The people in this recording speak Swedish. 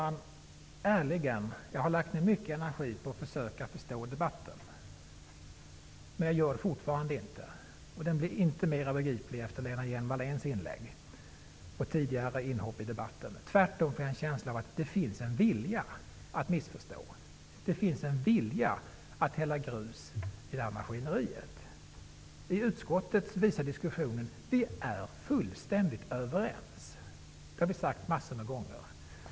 Jag har ärligen lagt ned mycket energi på att försöka förstå debatten, men jag förstår den fortfarande inte. Den blir inte mer begriplig efter Jag får tvärtom en känsla av att det finns en vilja att missförstå. Det finns en vilja att hälla grus i det här maskineriet. Diskussionen i utskottet visar att vi är fullständigt överens. Det har vi sagt många gånger.